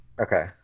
Okay